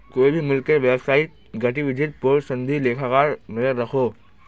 कोए भी मुल्केर व्यवसायिक गतिविधिर पोर संदी लेखाकार नज़र रखोह